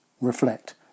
reflect